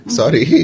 sorry